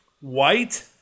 White